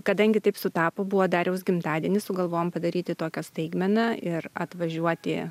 kadangi taip sutapo buvo dariaus gimtadienis sugalvojom padaryti tokią staigmeną ir atvažiuoti